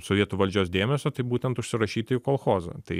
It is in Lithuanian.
sovietų valdžios dėmesio tai būtent užsirašyti į kolchozą tai